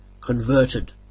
converted